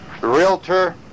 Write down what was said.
realtor